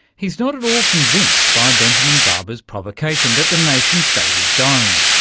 he's not at all convinced by benjamin barber's provocation that the nation-state is dying.